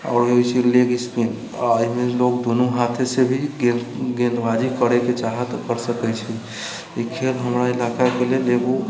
आओर एक होइत छै लेग स्पिन आ एहिमे लोग दोनो हाथो से भी गेंद गेंदबाजी करैके चाहै तऽ कर सकैत छै ई खेल हमरा इलाकाके लेल एगो